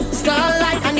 starlight